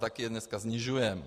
Taky je dneska snižujeme.